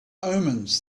omens